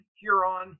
Huron